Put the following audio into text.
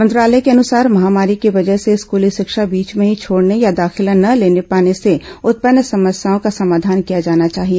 मंत्रालय के अनुसार महामारी की वजह से स्कूली शिक्षा बीच में ही छोड़ने या दाखिला न ले पाने से उत्पन्न समस्याओं का समाधान किया जाना चाहिए